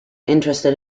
interested